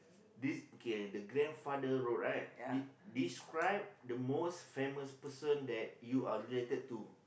this okay the grandfather road right de~ describe the most famous person that you are related to